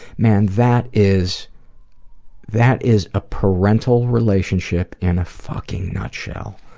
man, that is that is a parental relationship in a fucking nutshell.